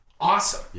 Awesome